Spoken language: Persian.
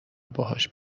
باهاش